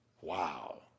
Wow